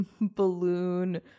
balloon